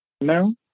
No